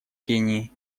кении